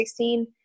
2016